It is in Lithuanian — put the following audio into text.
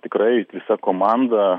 tikrai visa komanda